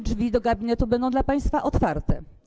Drzwi do mojego gabinetu będą dla państwa otwarte.